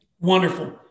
Wonderful